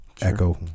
Echo